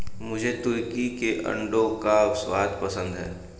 मुझे तुर्की के अंडों का स्वाद पसंद है